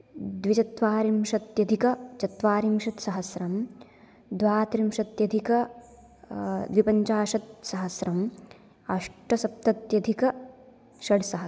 द्विचत्त्वारिंशत्यधिकचत्त्वारिंशत्सहस्रम् द्वात्रिंशत्यधिक द्विपञ्चाशत्सहस्रम् अष्टसप्तत्यधिकषड्सहस्रम्